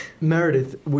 Meredith